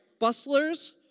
bustlers